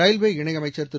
railway இணையமைச்சர் திரு